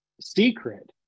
secret